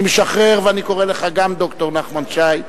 אני משחרר ואני קורא לך גם ד"ר נחמן שי.